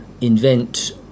invent